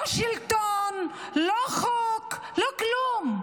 לא שלטון, לא חוק, לא כלום.